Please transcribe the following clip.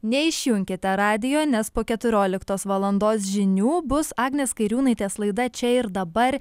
neišjunkite radijo nes po keturioliktos valandos žinių bus agnės kairiūnaitės laida čia ir dabar